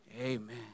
amen